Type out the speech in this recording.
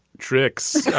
tricks